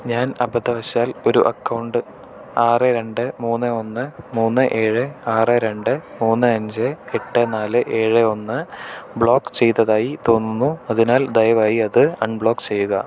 ഞാൻ അബദ്ധവശാൽ ഒരു അക്കൗണ്ട് ആറ് രണ്ട് മൂന്ന് ഒന്ന് മൂന്ന് ഏഴ് ആറ് രണ്ട് മൂന്ന് അഞ്ച് എട്ട് നാല് ഏഴ് ഒന്ന് ബ്ലോക്ക് ചെയ്തതായി തോന്നുന്നു അതിനാൽ ദയവായി അത് അൺബ്ലോക്ക് ചെയ്യുക